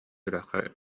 үрэххэ